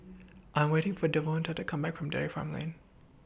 I'm waiting For Devonta to Come Back from Dairy Farm Lane